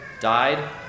died